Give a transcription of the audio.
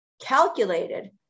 calculated